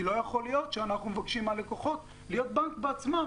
כי לא יכול להיות שאנחנו מבקשים מהלקוחות להיות בנק בעצמם,